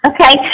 Okay